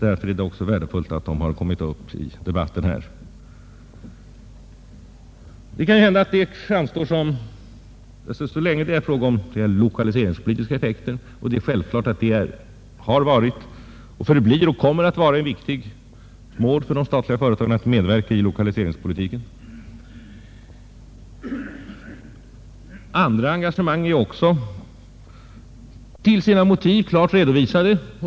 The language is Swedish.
Därför är det naturligtvis värdefullt att saken kommit upp till debatt. Det är självklart att det har varit och kommer att vara ett viktigt mål för de statliga företagen att medverka i lokaliseringspolitiken. Andra engagemang med andra syften är också till sina motiv klart redovisade.